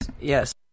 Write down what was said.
Yes